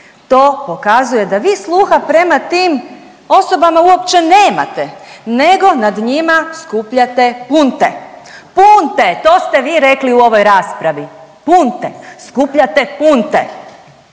to pokazuje da vi sluha prema tim osobama uopće nemate, nego nad njima skupljate punte, punte, to ste vi rekli u ovoj raspravi, punte, skupljate punte.